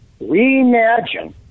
reimagine